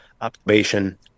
observation